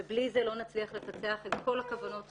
ובלי זה לא נצליח לפצח את כל הכוונות הטובות.